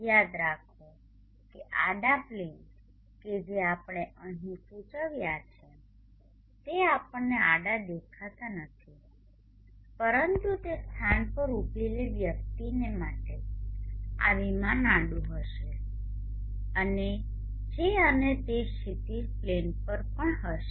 યાદ રાખો કે આડા પ્લેન કે જે આપણે અહીં સૂચવ્યા છે તે આપણને આડા દેખાતા નથી પરંતુ તે સ્થાન પર ઉભેલી વ્યક્તિને માટે આ વિમાન આડું હશે અને જે અને તે ક્ષિતિજ પ્લેન પર પણ હશે